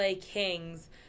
Kings